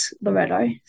Loretto